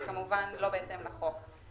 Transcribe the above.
זה כמובן לא בהתאם לחוק.